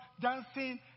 dancing